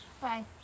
Bye